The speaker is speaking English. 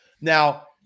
Now